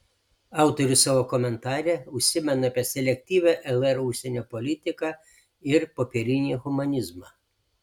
autorius savo komentare užsimena apie selektyvią lr užsienio politiką ir popierinį humanizmą